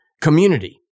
community